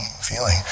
feeling